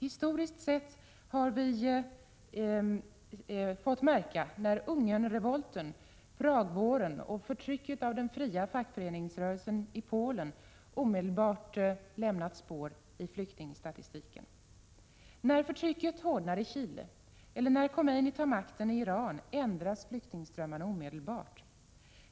Historiskt sett har vi fått märka att Ungernrevolten, Pragvåren och förtrycket av den fria fackföreningsrörelsen i Polen omedelbart lämnat spår i flyktingstatistiken. När förtrycket hårdnar i Chile, eller när Khomeini tar makten i Iran, ändras flyktingströmmarna omedelbart.